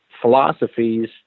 philosophies